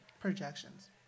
Projections